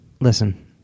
Listen